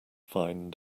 fine